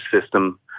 system